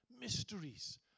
mysteries